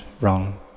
wrong